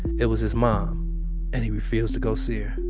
it was his mom and he refused to go see her.